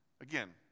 Again